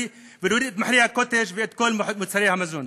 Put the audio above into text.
ולהוריד את מחירי הקוטג' וכל מוצרי המזון.